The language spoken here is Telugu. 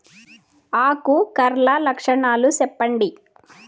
ఆకు కర్ల లక్షణాలు సెప్పండి